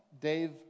Dave